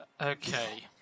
Okay